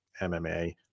MMA